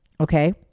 Okay